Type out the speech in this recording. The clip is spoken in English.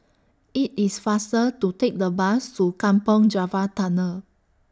IT IS faster to Take The Bus to Kampong Java Tunnel